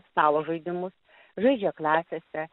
stalo žaidimus žaidžia klasėse